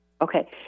okay